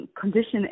condition